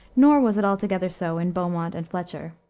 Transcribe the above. nor was it altogether so in beaumont and fletcher.